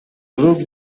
grups